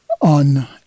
on